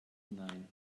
hinein